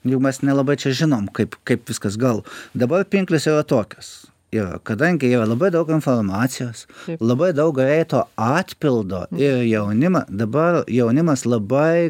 nu mes nelabai čia žinome kaip kaip viskas gal dabar pinklės yra tokios ir kadangi yra labai daug informacijos labai daug greito atpildo ir jaunimą dabar jaunimas labai